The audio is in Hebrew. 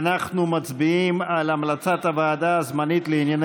אנחנו מצביעים על המלצת הוועדה הזמנית לענייני